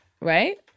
Right